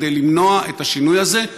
כדי למנוע את השינוי הזה,